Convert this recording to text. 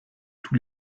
tous